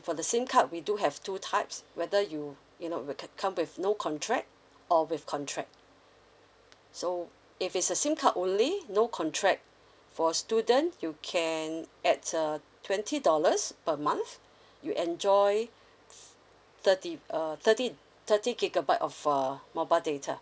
for the SIM card we do have two types whether you you know will c~ come with no contract or with contract so if it's a SIM card only no contract for students you can add err twenty dollars per month you enjoy thirty err thirteen thirty gigabyte of err mobile data